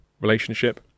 relationship